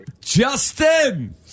Justin